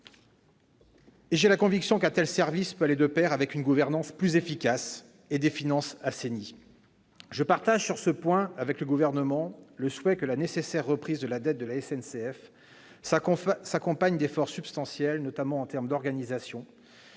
J'ai la conviction qu'un tel service peut aller de pair avec une gouvernance plus efficace et des finances assainies. Je partage sur ce point avec le Gouvernement le souhait que la nécessaire reprise de la dette de la SNCF s'accompagne d'efforts substantiels, notamment d'organisation,